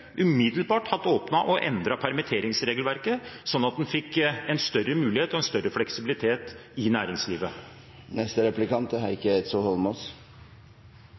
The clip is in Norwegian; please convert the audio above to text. umiddelbart åpnet for å endre permitteringsregelverket, slik at en fikk en større mulighet og en større fleksibilitet i næringslivet. Jeg er glad for at representanten fra Arbeiderpartiet sier at det er